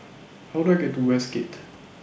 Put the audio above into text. How Do I get to Westgate